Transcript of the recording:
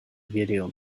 video